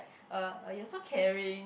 uh you are so caring